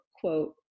quote